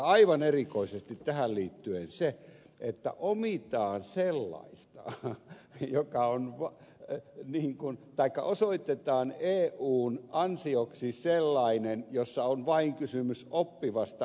aivan erikoisesti tähän liittyy se että on niitä on sello ja joka on otettu mihin kun paikka osoitetaan eun ansioksi sellainen asia jossa on vain kysymys oppivasta organisaatiosta